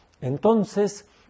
Entonces